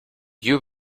you